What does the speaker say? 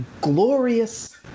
glorious